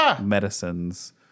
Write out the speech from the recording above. medicines